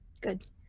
Good